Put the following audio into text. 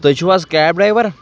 تُہۍ چھُو حظ کیب ڈرٛایوَر